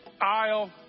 aisle